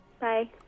Bye